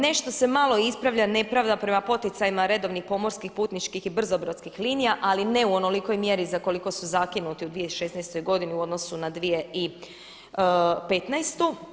Nešto se malo ispravlja nepravda prema poticajima redovnih pomorskih, putničkih i brzobrodskih linija ali ne u onolikoj mjeri za koliko su zakinuti u 2016. godini u odnosu na 2015.